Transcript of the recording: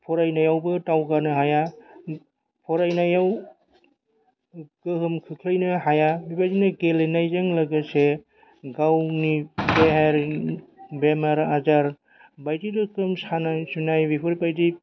फरायनायावबो दावगानो हाया फरायनायाव गोहोम खोख्लैनो हाया बेबादिनो गेलेनायजों लोगोसे गावनि देहायारि बेमार आजार बायदि रोखोम सानाय सुनाय बेफोरबायदि